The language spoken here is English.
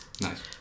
Nice